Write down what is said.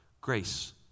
grace